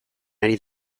ari